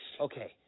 Okay